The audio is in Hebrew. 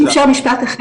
אם אפשר משפט אחד,